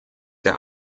der